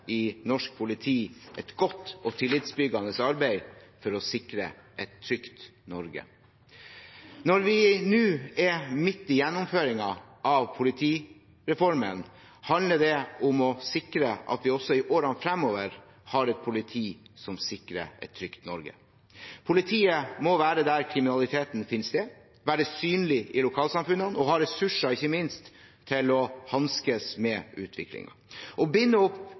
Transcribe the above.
i norsk politi et godt og tillitsbyggende arbeid for å sikre et trygt Norge. Når vi nå er midt i gjennomføringen av politireformen, handler det om å sikre at vi også i årene fremover har et politi som sikrer et trygt Norge. Politiet må være der kriminaliteten finner sted, være synlig i lokalsamfunnene og ha ressurser, ikke minst, til å hanskes med utviklingen. Å binde opp